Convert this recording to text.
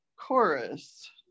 Chorus